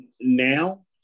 now